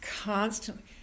constantly